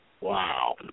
Wow